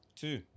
Two